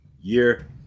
year